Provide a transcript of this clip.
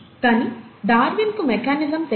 కానీ డార్విన్కు మెకానిజం తెలియదు